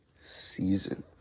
season